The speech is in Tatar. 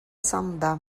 санда